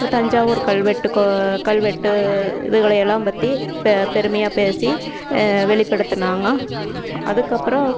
அப்புறம் தஞ்சாவூர் கல்வெட்டு கல்வெட்டு இதுகளையெல்லாம் பற்றி பெருமையாக பேசி வெளிப்படுத்தினாங்க அதுக்கப்புறம்